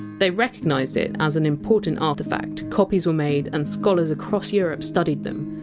they recognised it as an important artefact. copies were made and scholars across europe studied them.